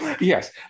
Yes